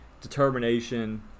determination